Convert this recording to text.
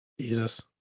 Jesus